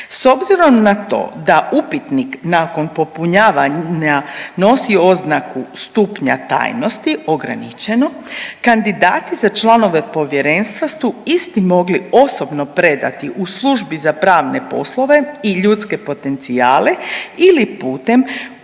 S obzirom na to da upitnik nakon popunjavanja nosi oznaku stupnja tajnosti ograničeno, kandidati za članove povjerenstva su isti mogli osobno predati u Službi za pravne poslove i ljudske potencijale ili putem